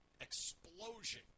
explosion